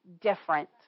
different